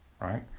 right